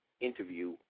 interview